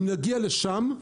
אם נגיע לשם,